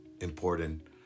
important